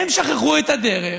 הם שכחו את הדרך,